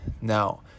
Now